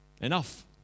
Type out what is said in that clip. enough